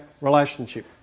relationship